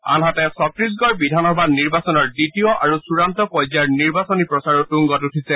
আনহাতে চট্টিছগড় বিধান সভা নিৰ্বাচনৰ দ্বিতীয় আৰু চুড়ান্ত পৰ্যায়ৰ নিৰ্বাচনী প্ৰচাৰো তুংগত উঠিছে